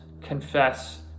confess